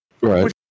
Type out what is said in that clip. Right